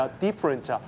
different